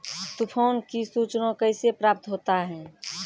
तुफान की सुचना कैसे प्राप्त होता हैं?